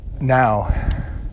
Now